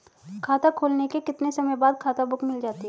खाता खुलने के कितने समय बाद खाता बुक मिल जाती है?